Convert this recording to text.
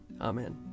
Amen